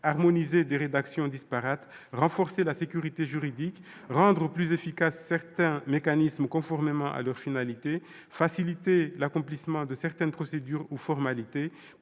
harmoniser des rédactions disparates, renforcer la sécurité juridique, rendre plus efficaces certains mécanismes conformément à leur finalité, faciliter l'accomplissement de certaines procédures ou formalités,